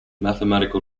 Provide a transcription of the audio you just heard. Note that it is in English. mathematical